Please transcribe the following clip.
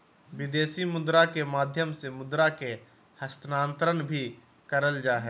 विदेशी मुद्रा के माध्यम से मुद्रा के हस्तांतरण भी करल जा हय